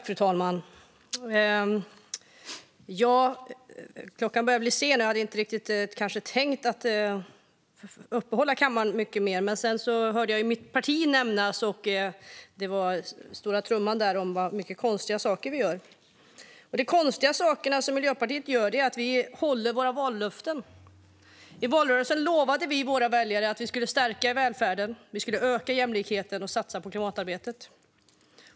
Fru talman! Klockan börjar bli mycket. Jag hade kanske inte tänkt uppehålla kammaren mycket längre, men sedan hörde jag mitt parti nämnas. Det slogs på stora trumman gällande alla konstiga saker vi gör. De konstiga saker som Miljöpartiet gör är att vi håller våra vallöften. I valrörelsen lovade vi våra väljare att vi skulle stärka välfärden, öka jämlikheten och satsa på klimatarbetet.